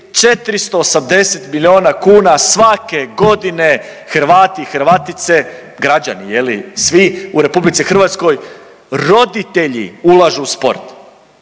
480 miliona kuna svake godine Hrvati i Hrvatice, građani je li svi u RH, roditelji ulažu u sport.